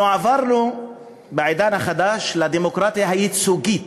אנחנו עברנו בעידן החדש לדמוקרטיה הייצוגית,